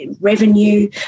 revenue